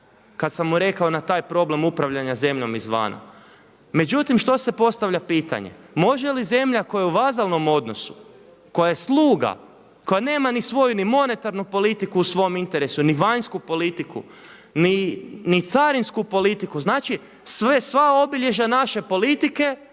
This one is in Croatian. kada sam mu rekao na taj problem upravljanja zemljom izvana. Međutim što se postavlja pitanje? Može li zemlja koja je u vazalnom odnosu, koja je sluga, koja nema ni svoju ni monetarnu politiku u svom interesu, ni vanjsku politiku, ni carinsku politiku, znači sva obilježja naše politike